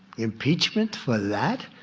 impeachment for that?